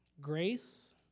Grace